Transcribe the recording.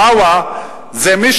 לא, לא.